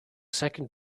second